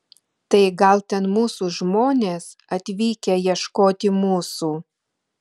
tai gal ten mūsų žmonės atvykę ieškoti mūsų